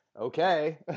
okay